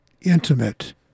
intimate